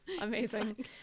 amazing